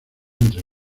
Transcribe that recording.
entre